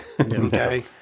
Okay